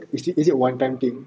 is it is it one time thing